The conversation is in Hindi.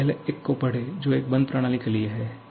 बस पहले एक को पढ़ें जो एक बंद प्रणाली के लिए है